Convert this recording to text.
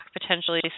potentially